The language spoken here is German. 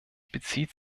bezieht